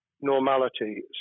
normality